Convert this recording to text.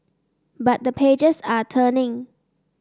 but the pages are turning